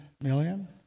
million